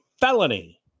felony